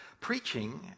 preaching